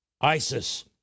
Isis